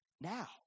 now